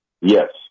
Yes